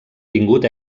tingut